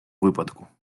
випадку